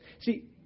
See